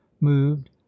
moved